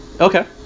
Okay